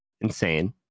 insane